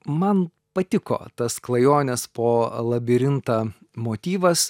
man patiko tas klajonės po labirintą motyvas